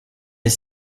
est